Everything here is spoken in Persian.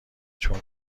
چون